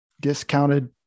discounted